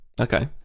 Okay